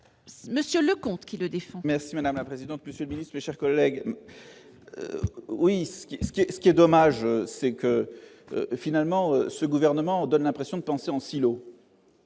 monsieur Leconte qui le défend. Merci madame la présidente, monsieur bis, mes chers collègues, oui ce qui ce qui est ce qui est dommage, c'est que finalement ce gouvernement donne l'impression de penser en silo.